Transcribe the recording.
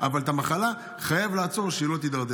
אבל את המחלה חייבים לעצור כדי שהיא לא תידרדר.